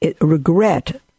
regret